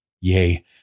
Yea